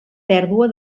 pèrdua